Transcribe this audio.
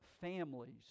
families